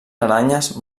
aranyes